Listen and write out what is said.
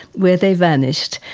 where they vanished,